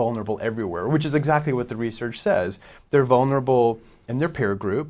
vulnerable everywhere which is exactly what the research says they're vulnerable and their peer group